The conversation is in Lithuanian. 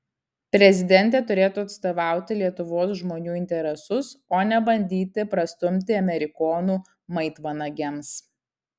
prezidentė turėtų atstovauti lietuvos žmonių interesus o ne bandyti prastumti amerikonų maitvanagiams